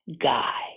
guy